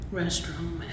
restroom